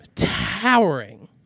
towering